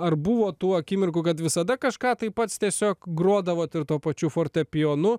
ar buvo tų akimirkų kad visada kažką tai pats tiesiog grodavot ir tuo pačiu fortepijonu